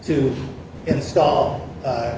to install